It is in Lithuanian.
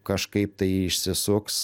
kažkaip tai išsisuks